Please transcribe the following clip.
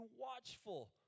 watchful